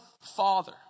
father